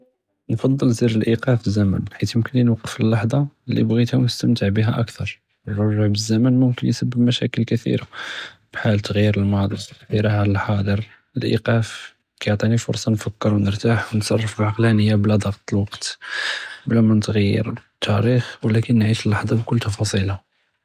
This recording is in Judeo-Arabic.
נפצ׳ל זר ל־איוקף אלזמן חית מומכּני נוואקף אלאלחזה לי בּיג׳יתה ו נסתמתע ביה אכר, אלרג׳וע ב־אלזמן מומכן יסבּבלי משפל כתרה כתרה חית ת׳ג׳יר אלמאדי ת׳ג׳יר אלחاضر, אלאיוקף כיעטיני פורסה נפהכּר ו נרתאח ו נتصראף בעקלאנבה בלא דחץ אלוואקּת בלא מנתע׳יר אלתאריכּ ו אבלאכן נعيش אלאלחזה בכול תפסיליהא.